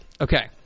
okay